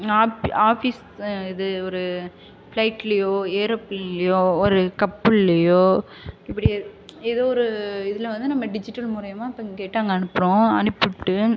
app office இது ஒரு ஃப்ளைட்லியோ ஏரோப்ளேன்லியோ ஒரு கப்பல்லியோ இப்படி ஏதோ ஒரு இதில் வந்து நம்ம டிஜிட்டல் மூலியமா இப்போ இங்கேட்டு அங்கே அனுப்புகிறோம் அனுப்பிவிட்டு